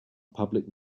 public